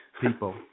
people